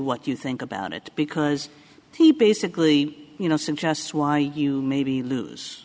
what you think about it because he basically you know suggests why you maybe lose